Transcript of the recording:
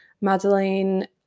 Madeleine